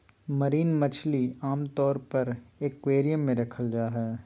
marine मछली आमतौर पर एक्वेरियम मे रखल जा हई